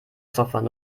software